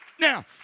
Now